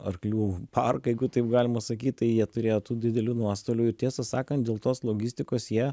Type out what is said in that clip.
arklių parką jeigu taip galima sakyt tai jie turėjo tų didelių nuostolių tiesą sakant dėl tos logistikos jie